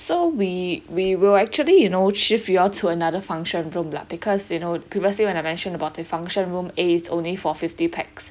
so we we will actually you know shift you all to another function room lah because you know previously when I mentioned about the function room A is only for fifty pax